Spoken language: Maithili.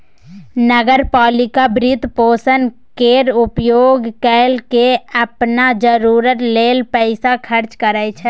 नगर पालिका वित्तपोषण केर उपयोग कय केँ अप्पन जरूरी लेल पैसा खर्चा करै छै